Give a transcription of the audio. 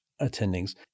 attendings